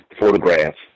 photographs